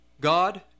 God